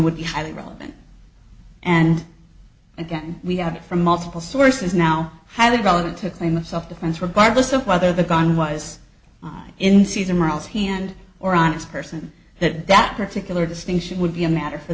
would be highly relevant and again we have from multiple sources now highly relevant to claim of self defense regardless of whether the gun was in season miles hand or on its person that that particular distinction would be a matter for